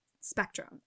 spectrum